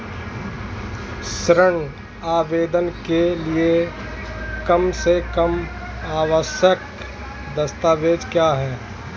ऋण आवेदन के लिए कम से कम आवश्यक दस्तावेज़ क्या हैं?